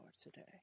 today